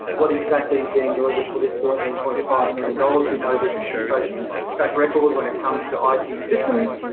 what exactly is being delivered for this fourteen point five million dollars? we know this administration's track record when when it comes to ah it systems,